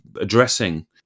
addressing